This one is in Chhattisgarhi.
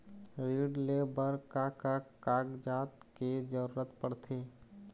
ऋण ले बर का का कागजात के जरूरत पड़थे?